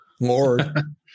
Lord